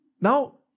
Now